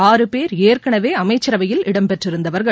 ஆறு பேர் ஏற்கனவே அமைச்சரவையில் இடம்பெற்றிருந்தவர்கள்